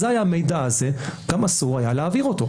אזי המידע הזה אסור היה להעביר אותו,